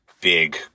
big